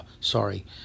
sorry